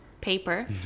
paper